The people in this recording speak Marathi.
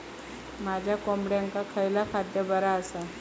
माझ्या कोंबड्यांका खयला खाद्य बरा आसा?